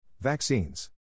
vaccines